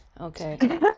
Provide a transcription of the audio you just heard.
Okay